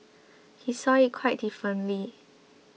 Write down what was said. he saw it quite differently